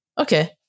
Okay